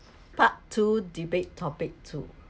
part two debate topic two